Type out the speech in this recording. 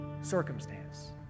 circumstance